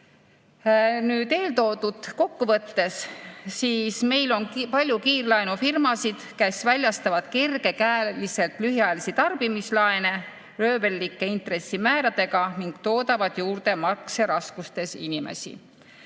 suhtes. Eeltoodut kokku võttes. Meil on palju kiirlaenufirmasid, kes väljastavad kergekäeliselt lühiajalisi tarbimislaene röövellike intressimääradega ning toodavad juurde makseraskustes inimesi.